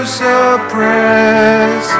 suppress